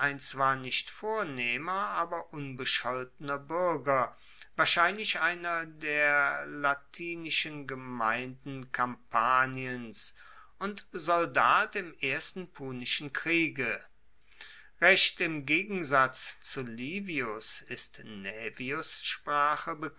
zwar nicht vornehmer aber unbescholtener buerger wahrscheinlich einer der latinischen gemeinden kampaniens und soldat im ersten punischen kriege recht im gegensatz zu livius ist